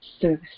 service